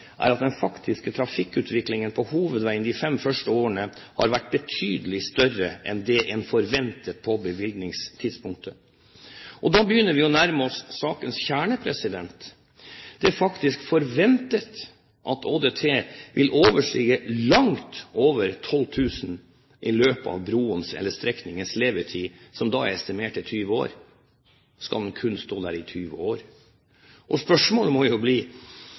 er at den faktiske trafikkutviklingen på hovedveien de fem første årene har vært betydelig større enn det en forventet på bevilgningstidspunktet.» Da begynner vi å nærme oss sakens kjerne: Det er faktisk forventet at ÅDT langt vil overstige 12 000 i løpet av broens eller strekningens levetid, som da er estimert til 20 år. Skal broen kun stå der i 20 år? Spørsmålet må bli: